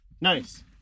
nice